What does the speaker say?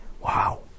wow